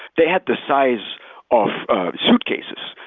they had the size of suitcases.